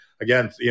again